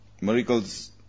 miracles